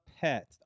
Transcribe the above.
pet